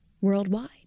worldwide